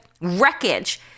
wreckage